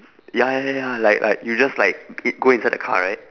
ya ya ya ya like like you just like go inside the car right